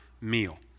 meal